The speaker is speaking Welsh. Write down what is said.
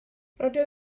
rydw